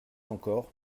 encore